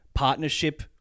Partnership